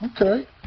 Okay